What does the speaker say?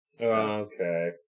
Okay